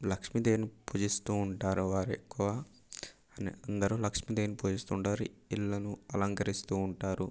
లక్ష్మీదేవిని పూజిస్తూ ఉంటారు వారు ఎక్కువ అని అందరూ లక్ష్మీదేవిని పూజిస్తూ ఉంటారు ఇళ్ళను అలంకరిస్తూ ఉంటారు